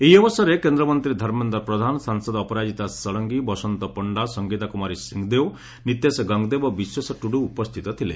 ଏହି ଅବସରରେ କେନ୍ଦ୍ରମନ୍ତୀ ଧର୍ମେନ୍ଦ୍ର ପ୍ରଧାନ ସାଂସଦ ଅପରାଜିତା ଷତ୍ରଙ୍ଙୀ ବସନ୍ତ ପଣ୍ଣା ସଂଗୀତା କୁମାରୀ ସିଂହଦେଓ ନୀତେଶ ଗଙ୍ଗଦେବ ଓ ବିଶ୍ୱେଶ୍ୱର ଟୁଡୁ ଉପସ୍ଥିତ ଥିଲେ